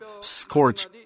scorch